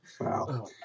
Wow